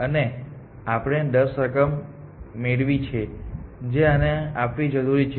અને આપણે 10 રકમ મેળવી છે જે આને આપવી જરૂરી છે